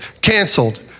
canceled